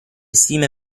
stime